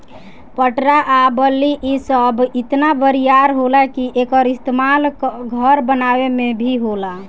पटरा आ बल्ली इ सब इतना बरियार होला कि एकर इस्तमाल घर बनावे मे भी होला